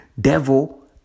devil